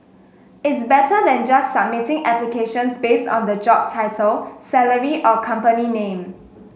it's better than just submitting applications based on the job title salary or company name